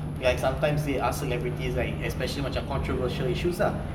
like sometimes they ask celebrities like especially macam controversial issues lah